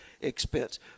expense